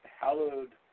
hallowed